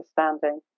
understanding